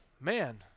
man